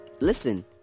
listen